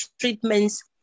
treatments